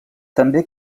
també